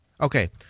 Okay